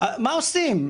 מה עושים?